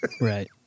Right